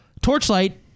Torchlight